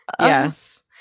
Yes